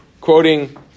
quoting